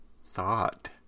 thought